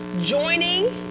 joining